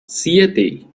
siete